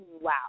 wow